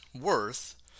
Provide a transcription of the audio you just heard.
worth